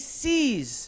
sees